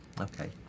Okay